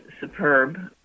superb